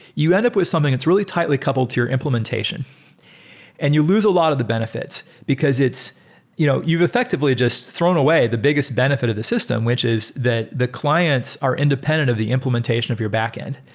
you end up with something that's really tightly coupled to your implementation and you lose a lot of the benefits because you know you've effectively just thrown away the biggest benefit of the system, which is that the clients are independent of the implementation of your backend.